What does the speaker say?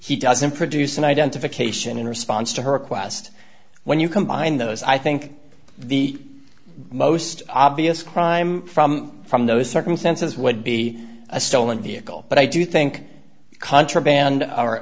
he doesn't produce an identification in response to her quest when you combine those i think the most obvious crime from those circumstances would be a stolen vehicle but i do think contraband or